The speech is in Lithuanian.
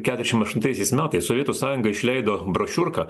keturiasdešimt aštuntaisiais metais sovietų sąjunga išleido brošiūrką